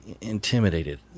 intimidated